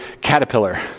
Caterpillar